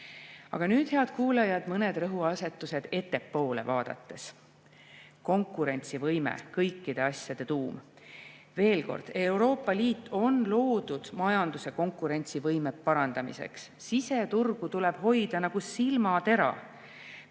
Aga nüüd, head kuulajad, mõned rõhuasetused ettepoole vaadates. Konkurentsivõime, kõikide asjade tuum. Veel kord: Euroopa Liit on loodud majanduse konkurentsivõime parandamiseks. Siseturgu tuleb hoida nagu silmatera.